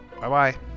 Bye-bye